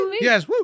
Yes